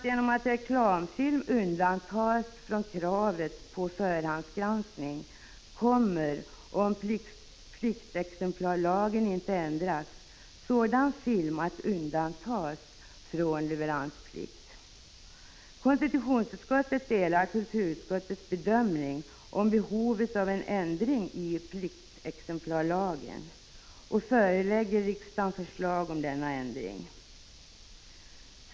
Genom att reklamfilm undantas från kravet på förhandsgranskning kommer, om pliktexemplarlagen inte ändras, sådan film att undantas från leveransplikt. 29 Konstitutionsutskottet delar kulturutskottets bedömning när det gäller behovet av en ändring i pliktexemplarlagen och förelägger riksdagen förslag om denna ändring.